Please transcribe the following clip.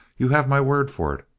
you have my word for it.